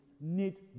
need